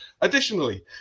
Additionally